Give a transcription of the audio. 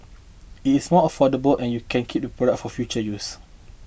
it is more affordable and you can keep the products for future use